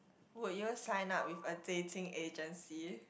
would you sign up with a dating agency